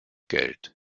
geld